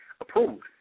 Approved